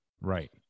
Right